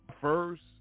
first